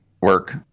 work